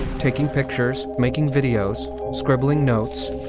taking pictures, making videos scribbling notes.